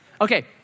Okay